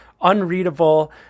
unreadable